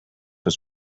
was